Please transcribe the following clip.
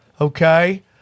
Okay